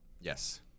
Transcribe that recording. Yes